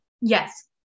Yes